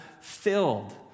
filled